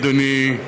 אדוני,